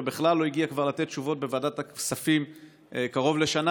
ובכלל לא הגיע כבר לתת תשובות בוועדת הכספים קרוב לשנה,